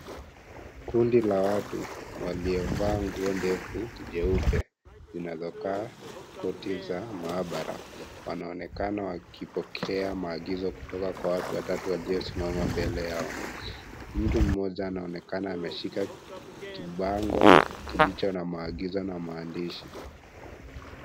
Kundi la watu waliovaa nguo ndefu nyeupe zinazokaa koti za maabara wanaonekana wakipokea maagizo kutoka kwa watu watatu waliosimama mbele yao. Mtu mmoja anaonekana ameshika kibango kilicho na maagizo na maandishi.